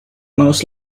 most